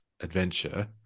adventure